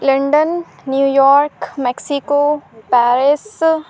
London New York Mexico Paris